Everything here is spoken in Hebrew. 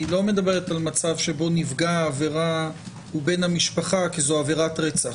היא לא מדברת על מצב שבו נפגע העבירה הוא בן המשפחה כי זו עבירת רצח.